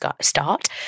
start